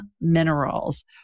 Minerals